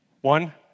One